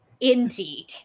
indeed